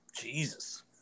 Jesus